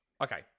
Okay